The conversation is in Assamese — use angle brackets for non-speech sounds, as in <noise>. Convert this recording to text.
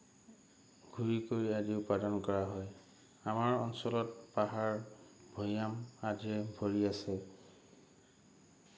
<unintelligible> কৰা হয় আমাৰ অঞ্চলত পাহাৰ ভৈয়াম আদিৰে ভৰি আছে